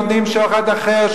נותנים שוחד אחר,